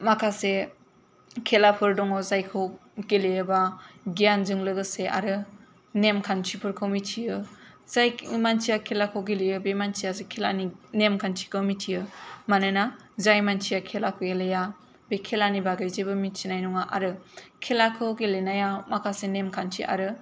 माखासे खेलाफोर दङ जायखौ गेलेयोबा गियानजों लोगोसे आरो नेमखान्थिफोरखौ मिथियो जाय मानसिया खेलाखौ गेलेयो बे मानसियासो खेलानि नेमखान्थिखौ मिथियो मानोना जाय मानसिआ खेला गेलेया बे खेलानि बागै जेबो मिथिनाय नङा आरो खेलाखौ गेलेनायाव माखासे नेमखान्थि आरो